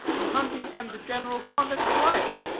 in hunting, and the general conduct of life